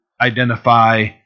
identify